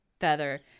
feather